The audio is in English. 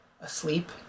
asleep